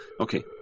okay